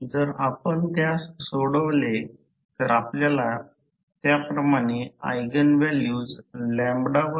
आम्ही त्या सर्किट वर परत जाऊ त्यास रेखांकन करण्याऐवजी त्याकडे परत जाऊ